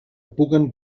puguen